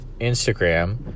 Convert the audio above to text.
Instagram